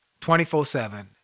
24-7